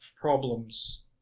problems